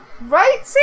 Right